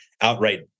outright